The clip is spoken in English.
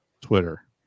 twitter